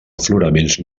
afloraments